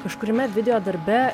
kažkuriame videodarbe